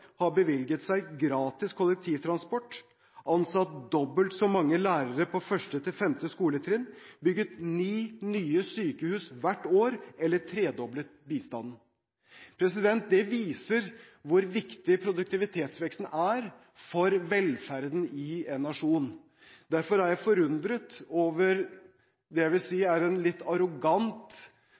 mange lærere på 1.–5. skoletrinn, bygget ni nye sykehus hvert år eller tredoblet bistanden. Det viser hvor viktig produktivitetsveksten er for velferden i en nasjon. Derfor er jeg forundret over det jeg vil si er en litt arrogant